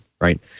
right